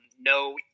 No